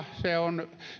on